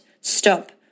stop